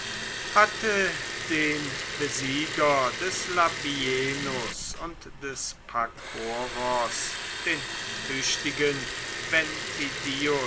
hatte den besieger des labienus und des pakoros den tüchtigen